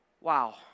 Wow